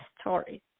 Stories